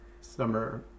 Summer